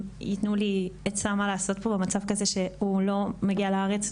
שיתנו לי עצה מה לעשות פה במצב שלא מגיע לארץ,